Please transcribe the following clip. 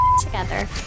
together